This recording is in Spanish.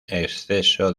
exceso